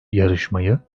yarışmayı